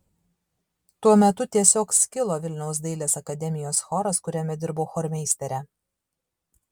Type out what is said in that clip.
tuo metu tiesiog skilo vilniaus dailės akademijos choras kuriame dirbau chormeistere